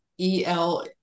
EL